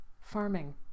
Farming